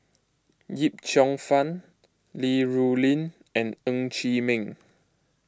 Yip Cheong Fun Li Rulin and Ng Chee Meng